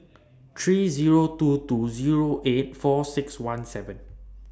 three Zero two two Zero eight four six one seven